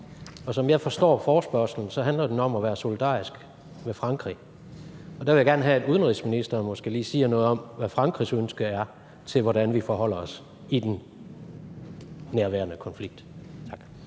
Og som jeg forstår forespørgslen, handler den om at være solidarisk med Frankrig. Og der vil jeg gerne have, at udenrigsministeren måske lige siger noget om, hvad Frankrigs ønske er til, hvordan vi forholder os i den nærværende konflikt. Tak.